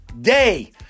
Day